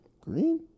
green